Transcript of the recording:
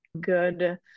good